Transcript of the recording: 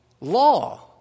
Law